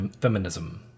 feminism